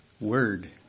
word